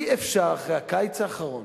אי-אפשר, אחרי הקיץ האחרון,